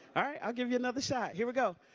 i'll give you another shot. here we go.